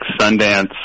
Sundance